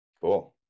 Cool